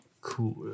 Cool